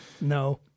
No